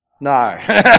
No